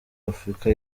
afurika